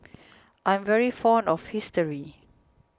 I'm very fond of history